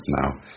now